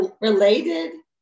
related